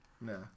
No